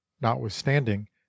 notwithstanding